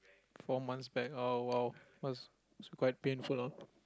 four months back oh !wow! must be quite painful ah